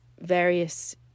various